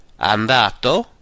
andato